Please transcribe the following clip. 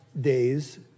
days